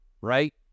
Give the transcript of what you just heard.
right